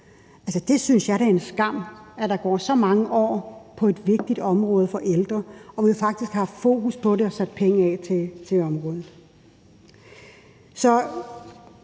jeg synes da, det er en skam, at der går så mange år på et så vigtigt område for ældre, når vi faktisk har haft fokus på det og sat penge af til området.